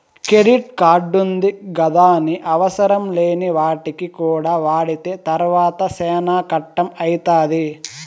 credit కార్డుంది గదాని అవసరంలేని వాటికి కూడా వాడితే తర్వాత సేనా కట్టం అయితాది